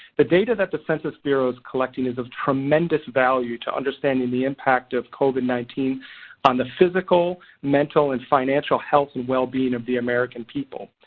the data that the census bureau is collecting is of tremendous value to understanding the impact of covid nineteen on the physical, mental and financial health and wellbeing of the american people.